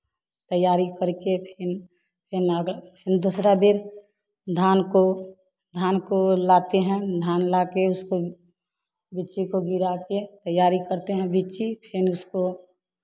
तैयारी करके फिर फिर फिर दूसरा बेर धान को धान को लाते हैं धान को लाकर उसको बिची को गिरा के तैयारी करते है बिची फिर उसको